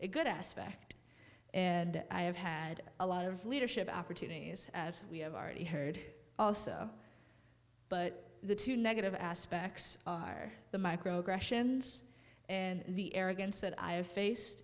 a good aspect and i have had a lot of leadership opportunities as we have already heard also but the two negative aspects are the microaggression and the arrogance that i have faced